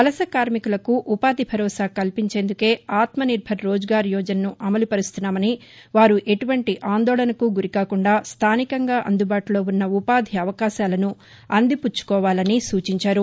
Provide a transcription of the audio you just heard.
వలస కార్శికులకు ఉపాధి భరోసా కల్పించేందుకే ఆత్మ నిర్బర్ రోజ్గార్ యోజనసు అమలు పరుస్తున్నామని వారు ఎటువంటి ఆందోళనకు గురి కాకుండా స్థానికంగా అందుబాటులో ఉన్న ఉపాధి అవకాశాలను అందిపుచ్చుకోవాలని పధానమంతి సూచించారు